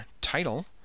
title